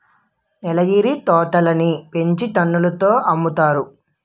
నీలగిరి తోటలని పెంచి టన్నుల తో అమ్ముతారు